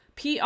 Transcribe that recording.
PR